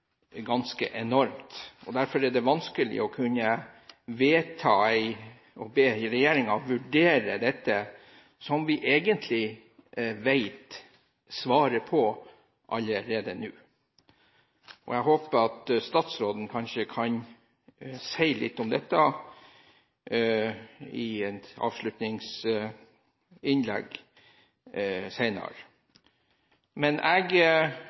ganske enorm. Derfor blir det vanskelig å vedta å be regjeringen vurdere noe som vi egentlig vet svaret på allerede nå. Jeg håper statsråden kanskje kan si litt om dette i et avslutningsinnlegg senere. Jeg